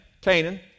Canaan